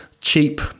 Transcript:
cheap